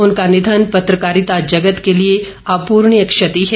उनका निधन पत्रकारिता जगत के लिए अपूर्णीय क्षति है